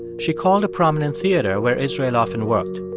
she called a prominent theater where israel often worked.